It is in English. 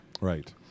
Right